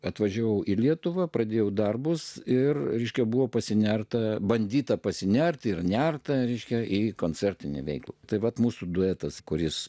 atvažiavau į lietuvą pradėjau darbus ir reiškia buvo pasinerta bandyta pasinerti ir nerta ryškią į koncertinę veiklą tai vat mūsų duetas kuris